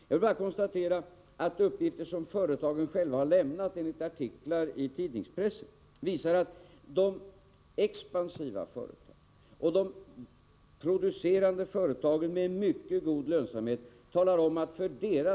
Jag vill bara konstatera att uppgifter som, enligt artiklar i pressen, företagen själva har lämnat visar att vinstdelningsskatten spelar en mycket liten roll för de expansiva företagen och de producerande företagen med mycket god lönsamhet.